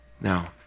Now